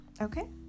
okay